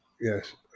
Yes